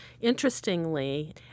Interestingly